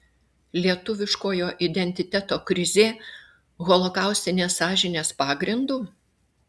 lietuviškojo identiteto krizė holokaustinės sąžinės pagrindu